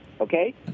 okay